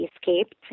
escaped